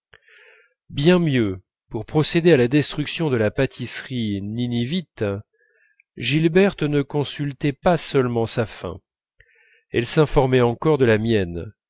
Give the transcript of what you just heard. bien mieux pour procéder à la destruction de la pâtisserie ninivite gilberte ne consultait pas seulement sa faim elle s'informait encore de la mienne